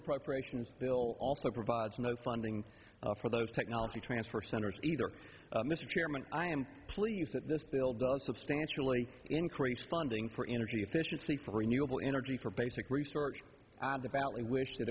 appropriations bill also provides no funding for those technology transfer centers either mr chairman i am pleased that this bill does substantially increase funding for energy efficiency for renewable energy for basic research of the valley wish that